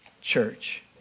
church